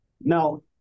Now